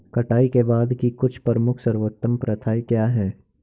कटाई के बाद की कुछ प्रमुख सर्वोत्तम प्रथाएं क्या हैं?